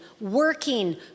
working